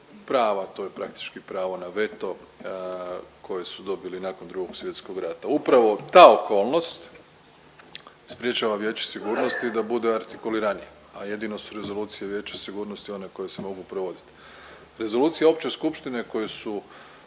prava. To je praktički pravo na veto koje su dobili nakon Drugog svjetskog rata. Upravo ta okolnost sprječava Vijeće sigurnosti da bude artikuliranije, a jedino su Rezolucije vijeća sigurnosti one koje se mogu provoditi. Rezolucije Opće skupštine koje su